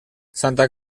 santa